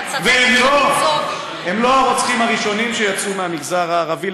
והם לא הרוצחים הראשונים שיצאו מהמגזר הערבי,